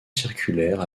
circulaire